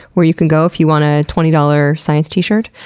where you can go if you want a twenty dollars science t-shirt.